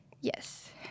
Yes